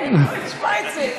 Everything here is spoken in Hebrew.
שמאיר לא ישמע את זה.